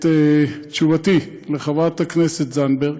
את תשובתי לחברת הכנסת זנדברג,